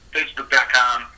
Facebook.com